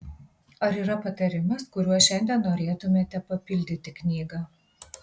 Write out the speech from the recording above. ar yra patarimas kuriuo šiandien norėtumėte papildyti knygą